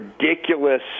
ridiculous